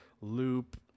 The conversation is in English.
loop